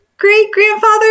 great-grandfather